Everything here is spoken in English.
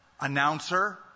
announcer